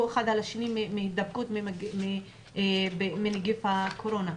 אחד על השני מהידבקות מנגיף הקורונה.